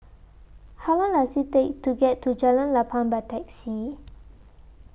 How Long Does IT Take to get to Jalan Lapang By Taxi